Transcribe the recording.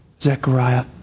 Zechariah